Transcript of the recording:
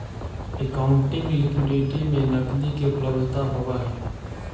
accounting liquidity में नकदी के उपलब्धता होवऽ हई